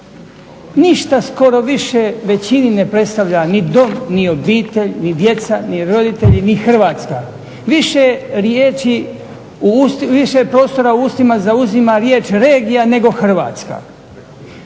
Ništa skoro više većini ne predstavlja ni dom ni obitelj ni djeca ni roditelji ni Hrvatska. Više prostora u ustima zauzima riječ regija nego Hrvatska.